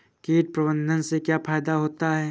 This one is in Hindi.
कीट प्रबंधन से क्या फायदा होता है?